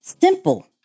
simple